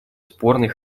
спорный